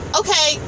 okay